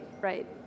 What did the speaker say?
right